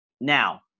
Now